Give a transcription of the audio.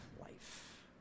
life